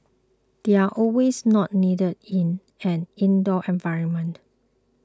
they are also not needed in an indoor environment